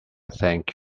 thank